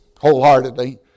wholeheartedly